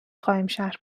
قائمشهر